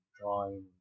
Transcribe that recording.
Drawing